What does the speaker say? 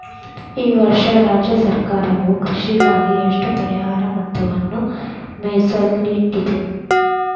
ಈ ವರ್ಷ ರಾಜ್ಯ ಸರ್ಕಾರವು ಕೃಷಿಗಾಗಿ ಎಷ್ಟು ಪರಿಹಾರ ಮೊತ್ತವನ್ನು ಮೇಸಲಿಟ್ಟಿದೆ?